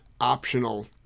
optional